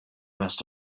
must